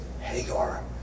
Hagar